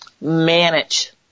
manage